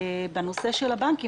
בנושא של הבנקים,